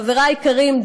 חברי היקרים,